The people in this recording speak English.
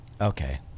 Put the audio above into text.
Okay